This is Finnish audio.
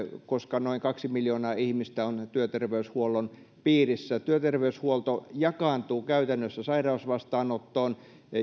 koska noin kaksi miljoonaa ihmistä on työterveyshuollon piirissä työterveyshuolto jakaantuu käytännössä sairausvastaanottoon